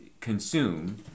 consume